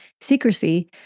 secrecy